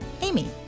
Amy